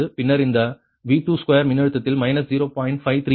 பின்னர் இந்த V22 மின்னழுத்தத்தில் மைனஸ் 0